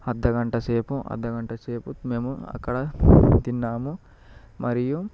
అర్థగంటసేపు అర్ధగంటసేపు మేము అక్కడ తిన్నాము మరియు